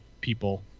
people